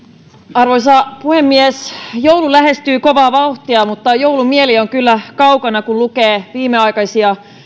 arvoisa puhemies joulu lähestyy kovaa vauhtia mutta joulumieli on kyllä kaukana kun lukee viimeaikaisia